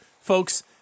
folks